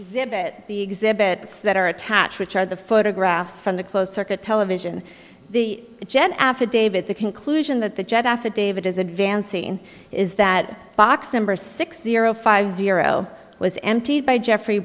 affidavit the exhibits that are attached which are the photographs from the closed circuit television the jet affidavit the conclusion that the jet affidavit is advancing is that box number six zero five zero was emptied by jeffrey